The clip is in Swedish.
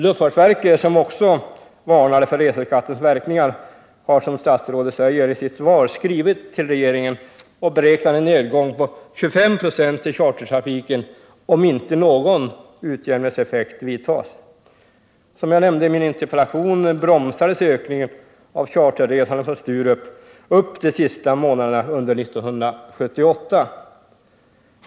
Luftfartsverket, som också varnade för reseskattens verkningar, har som statsrådet säger i sitt svar skrivit till regeringen och sagt att man beräknar en nedgång på 25 96 i chartertrafiken, om inte någon utjämningseffekt kan åstadkommas. Som jag nämnde i min interpellation avtog ökningen i charterresandet från Sturup de sista månaderna under 1978.